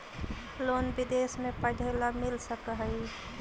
Loan विदेश में पढ़ेला मिल सक हइ?